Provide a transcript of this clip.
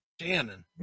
Shannon